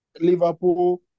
Liverpool